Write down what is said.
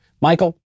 Michael